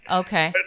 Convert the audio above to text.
okay